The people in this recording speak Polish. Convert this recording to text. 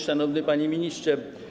Szanowny Panie Ministrze!